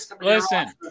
Listen